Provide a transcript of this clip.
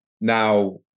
now